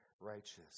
righteous